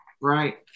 right